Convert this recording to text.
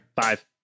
five